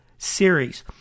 Series